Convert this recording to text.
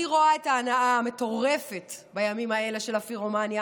אני רואה את ההנאה המטורפת בימים האלה של הפירומניה.